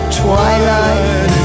twilight